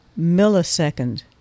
millisecond